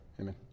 Amen